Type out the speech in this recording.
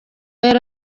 yari